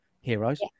Heroes